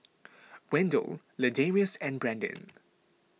Wendell Ladarius and Brandin